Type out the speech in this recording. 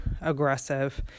aggressive